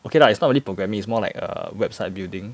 okay lah it's not really programming it's more like err website building